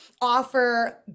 offer